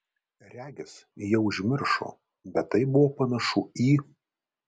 regis jie užmiršo bet tai buvo panašu į